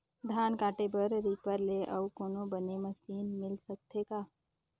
धान काटे बर रीपर ले अउ कोनो बने मशीन मिल सकथे का?